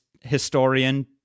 historian